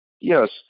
Yes